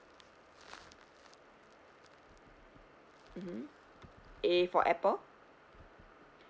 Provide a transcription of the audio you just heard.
mmhmm a for apple